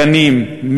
גנים,